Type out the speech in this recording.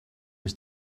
his